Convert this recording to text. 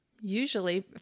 usually